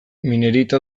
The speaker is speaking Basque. minerita